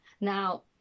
now